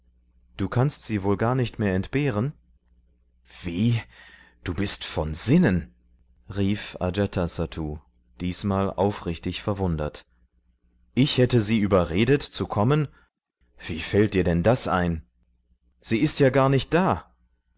du kannst sie wohl gar nicht mehr entbehren wie du bist von sinnen rief ajatasattu diesmal aufrichtig verwundert ich hätte sie überredet zu kommen wie fällt denn dir das ein sie ist ja gar nicht da